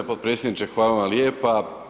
G. potpredsjedniče, hvala vam lijepa.